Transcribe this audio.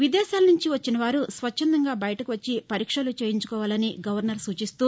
విదేశాల నుంచి వచ్చిన వారు స్వచ్ఛందంగా బయటకు వచ్చి పరీక్షలు చేయించుకోవాలని గవర్నర్ సూచిస్తూ